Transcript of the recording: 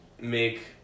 make